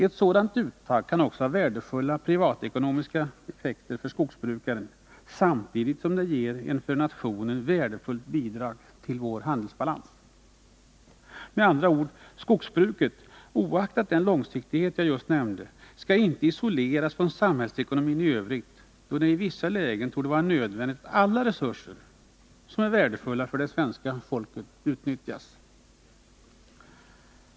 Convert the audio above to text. Ett sådant uttag kan också ha värdefulla privatekonomiska effekter för skogsbrukaren, samtidigt som det ger ett för nationen värdefullt bidrag till vår handelsbalans. Med andra ord: skogsbruket, oaktat den långsiktighet jag just nämnde, skall inte isoleras från samhällsekonomin i övrigt då det i vissa lägen torde vara nödvändigt att alla resurser, som är värdefulla för det svenska folket, utnyttjas.